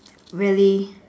really